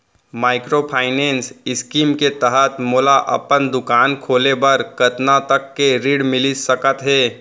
Microfinance scheme के तहत मोला अपन दुकान खोले बर कतना तक के ऋण मिलिस सकत हे?